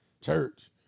church